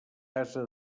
ase